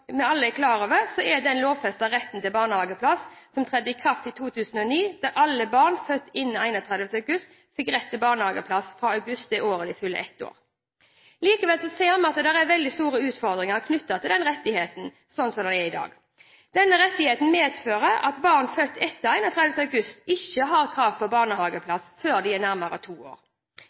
Vi har også i dag til behandling et forslag om løpende barnehageopptak. Som alle er klar over, gjelder den lovfestede retten til barnehageplass – som trådte i kraft i 2009 – for alle barn som er født innen 31. august, fra august det året de fyller ett år. Likevel ser en at det er veldig store utfordringer knyttet til den rettigheten slik som det er i dag. Den rettigheten medfører at barn født etter 31. august ikke har krav på barnehageplass før de er nærmere